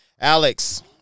Alex